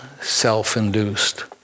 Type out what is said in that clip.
self-induced